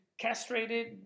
castrated